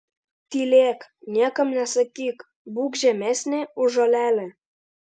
tylėk niekam nesakyk būk žemesnė už žolelę